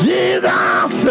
Jesus